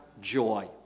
joy